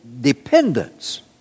dependence